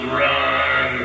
run